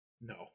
no